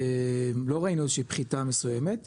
לא ראינו איזושהי פחיתה מסוימת,